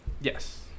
Yes